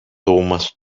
thomas